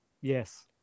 yes